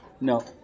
No